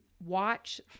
watch